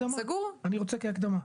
אני רק רוצה מילה כהקדמה.